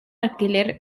alquiler